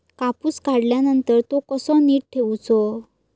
कापूस काढल्यानंतर तो कसो नीट ठेवूचो?